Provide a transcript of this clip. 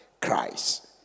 Christ